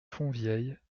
fontvieille